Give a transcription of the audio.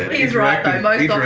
interactive but ah